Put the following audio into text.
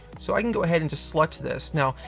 so i can go ahead and just select this. now,